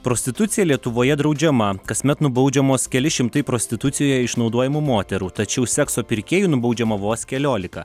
prostitucija lietuvoje draudžiama kasmet nubaudžiamos keli šimtai prostitucijoje išnaudojamų moterų tačiau sekso pirkėjų nubaudžiama vos keliolika